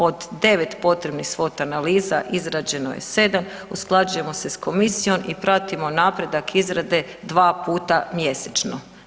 Od 9 potrebnih SWOT analiza izrađeno je 7. Usklađujemo se sa Komisijom i pratimo napredak izrade dva puta mjesečno.